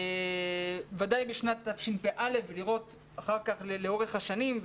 בוודאי בשנת תשפ"א, ולראות אחר כך לאורך השנים.